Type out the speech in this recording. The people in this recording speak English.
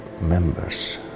members